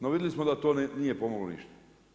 No vidjeli smo da to nije pomoglo ništa.